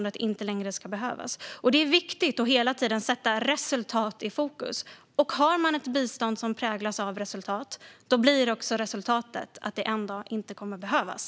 Det är viktigt att hela tiden sätta resultat i fokus. Om vi har ett bistånd som präglas av resultat blir också resultatet att det en dag inte kommer att behövas.